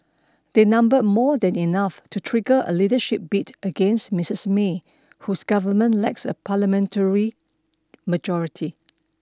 they number more than enough to trigger a leadership bid against Mistress May whose government lacks a parliamentary majority